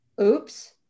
oops